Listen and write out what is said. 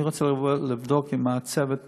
אני רוצה לבדוק אם הצוות מספיק,